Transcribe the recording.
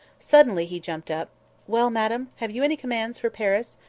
suddenly he jumped up well, madam! have you any commands for paris?